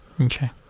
okay